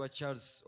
Charles